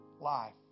life